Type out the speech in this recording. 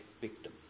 victim